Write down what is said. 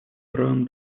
правовым